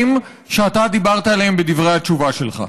שאתה דיברת עליהם בדברי התשובה שלך.